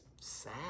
sad